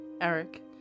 Eric